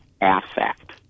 affect